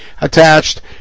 attached